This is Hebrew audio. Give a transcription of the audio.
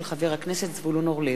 של חבר הכנסת זבולון אורלב.